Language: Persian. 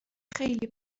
خیلی